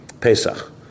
Pesach